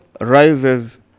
rises